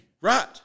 Right